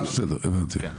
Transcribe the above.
הבנתי.